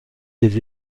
des